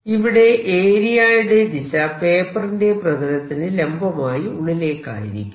ഇവിടെ ഏരിയയുടെ ദിശ പേപ്പറിന്റെ പ്രതലത്തിന് ലംബമായി ഉള്ളിലേക്കായിരിക്കും